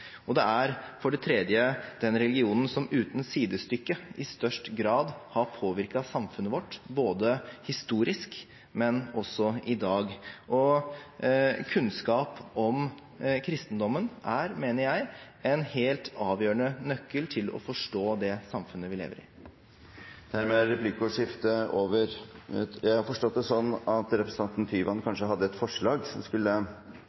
og det er for det tredje den religionen som uten sidestykke i størst grad har påvirket samfunnet vårt, både historisk og i dag. Jeg mener at kunnskap om kristendommen er en helt avgjørende nøkkel til å forstå det samfunnet vi lever i. Replikkordskiftet er omme. Jeg har forstått det sånn at representanten Tyvand kanskje hadde et forslag som skulle